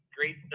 great